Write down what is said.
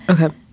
Okay